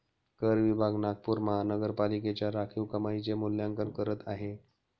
कर विभाग नागपूर महानगरपालिकेच्या राखीव कमाईचे मूल्यांकन करत आहे